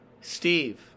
Steve